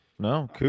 No